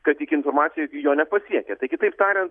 kad tik informacija iki jo nepasiekia tai kitaip tariant